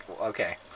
okay